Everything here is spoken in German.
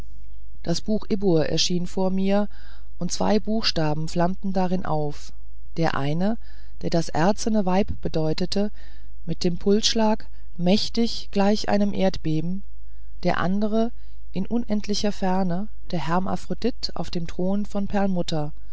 das buch ibbur erschien vor mir und zwei buchstaben flammten darin auf der eine der das erzene weib bedeutete mit dem pulsschlag mächtig gleich einem erdbeben der andere in unendlicher ferne der hermaphrodit auf dem thron von perlmutter